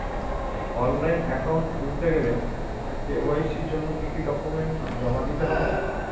Online account খুলতে গেলে KYC জন্য কি কি ডকুমেন্ট জমা দিতে হবে?